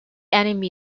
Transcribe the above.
enemy